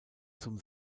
zum